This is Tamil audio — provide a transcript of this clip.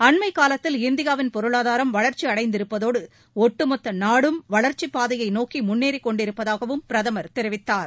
அண்மைக்காலத்தில் இந்தியாவின் பொருளாதாரம் வளர்ச்சியடைந்திருப்பதோடு ஒட்டுமொத்த நாடும் வளர்ச்சிப் பாதையை நோக்கி முன்னேறிக் கொண்டிருப்பதாகவும் பிரதமர் தெரிவித்தார்